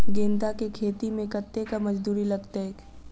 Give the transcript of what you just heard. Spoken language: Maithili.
गेंदा केँ खेती मे कतेक मजदूरी लगतैक?